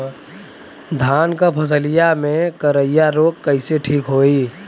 धान क फसलिया मे करईया रोग कईसे ठीक होई?